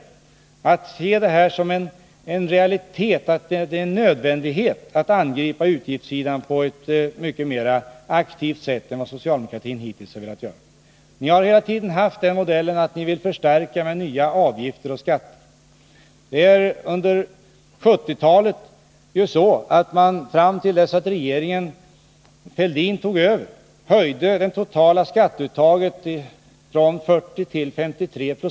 Han har inte velat inse att det är en nödvändighet att vi angriper utgiftssidan på ett mycket mer aktivt sätt än vad socialdemokratin hittills har velat göra. Socialdemokraterna har hela tiden arbetat efter modellen att förstärka med nya avgifter och skatter. Under 1970-talet, fram till dess att regeringen Fälldin tog över, höjde Nr 54 socialdemokraterna det totala skatteuttaget från 40 till 53 20.